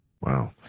Wow